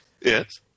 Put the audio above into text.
Yes